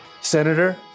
Senator